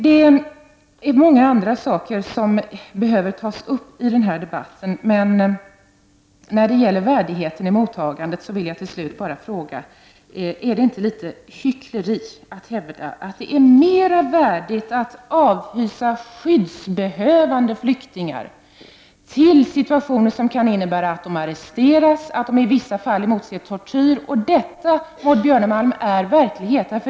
Det finns också många andra frågor som skulle behöva tas upp i denna debatt, men jag vill till slut när det gäller värdigheten i mottagandet bara fråga: Är det inte litet av hyckleri att hävda att det är mera värdigt att avvisa skyddsbehövande flyktingar till situationer som kan innebära att de arresteras och i vissa fall kan emotse tortyr? Detta, Maud Björnemalm, är verklighet.